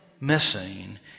missing